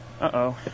Uh-oh